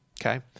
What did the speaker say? okay